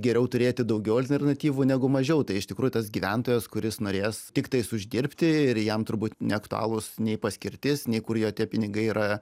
geriau turėti daugiau alternatyvų negu mažiau tai iš tikrųjų tas gyventojas kuris norės tiktais uždirbti ir jam turbūt neaktualūs nei paskirtis nei kur jo tie pinigai yra